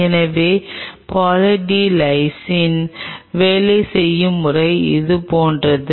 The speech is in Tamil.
எனவே பாலி டி லைசின் வேலை செய்யும் முறை இது போன்றது